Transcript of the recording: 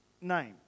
name